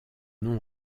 nom